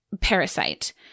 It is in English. parasite